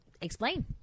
explain